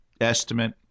estimate